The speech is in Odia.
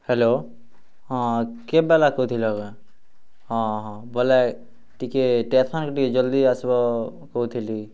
ହାଲୋ ହଁ କେବ୍ବାଲା କହୁଥିଲ କେଁ ହଁ ହଁ ବୋଲେ ଟିକେ ଷ୍ଟେସନ୍କେ ଟିକେ ଜଲ୍ଦି ଆସ୍ବ କହୁଥିଲି